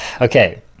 okay